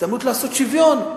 הזדמנות לעשות שוויון.